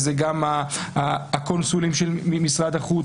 זה גם הקונסולים ממשרד החוץ.